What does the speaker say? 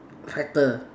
tractor